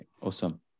awesome